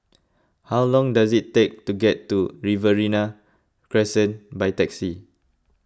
how long does it take to get to Riverina Crescent by taxi